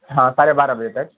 ہاں ساڑھے بارہ بجے تک